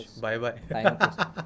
Bye-bye